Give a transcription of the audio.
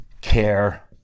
care